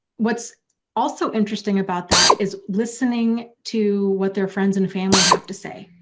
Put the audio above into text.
what's also interesting about that is listening to what their friends and family have to say,